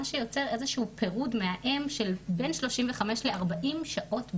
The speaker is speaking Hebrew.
מה שיוצר איזשהו פירוד מהאם של בין 35 ל-40 שעות ברצף,